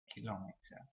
kilometre